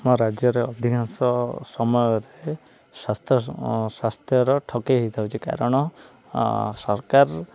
ଆମ ରାଜ୍ୟରେ ଅଧିକାଂଶ ସମୟରେ ସ୍ୱାସ୍ଥ୍ୟ ସ୍ୱାସ୍ଥ୍ୟର ଠକେଇ ହେଇଥାଉଛି କାରଣ ସରକାର